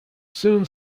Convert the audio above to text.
soon